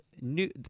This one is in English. new